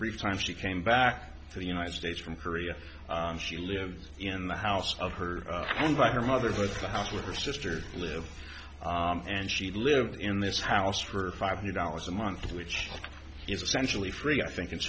brief time she came back to the united states from korea she lived in the house of her own by her mother but the house with her sister live and she lived in this house for five hundred dollars a month which is essentially free i think i